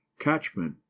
catchment